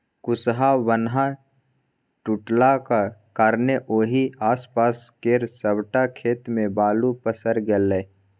कुसहा बान्ह टुटलाक कारणेँ ओहि आसपास केर सबटा खेत मे बालु पसरि गेलै